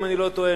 אם אני לא טועה,